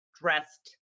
dressed